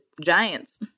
giants